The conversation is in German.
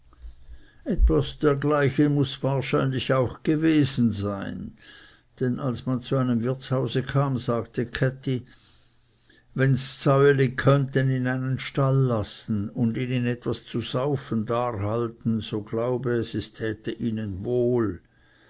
etwas dergleichen muß wahrscheinlich auch gewesen sein denn als man zu einem wirtshause kam sagte käthi wenn es dsäuleni könnte in einen stall lassen und ihnen etwas zu saufen darhalten so glaube es es täte ihnen wohl